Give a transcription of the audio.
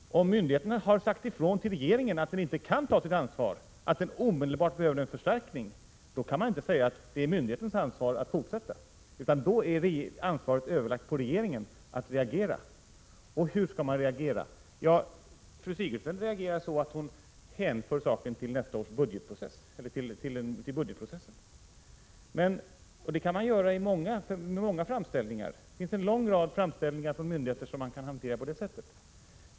Om myndigheten har sagt ifrån till regeringen att den inte kan ta sitt ansvar, att myndigheten omedelbart behöver en förstärkning, då kan man inte säga att det är myndighetens ansvar att fortsätta, utan då är ansvaret för att reagera lagt på regeringen. Hur skall man då reagera? Ja, fru Sigurdsen reagerar så att hon hänför saken till budgetprocessen. Det kan man göra beträffande många framställningar. En lång rad framställningar från myndigheter kan man hantera på det sättet.